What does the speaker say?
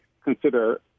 consider